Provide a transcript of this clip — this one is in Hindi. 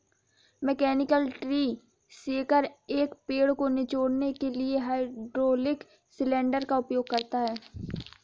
मैकेनिकल ट्री शेकर, एक पेड़ को निचोड़ने के लिए हाइड्रोलिक सिलेंडर का उपयोग करता है